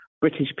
British